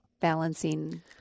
balancing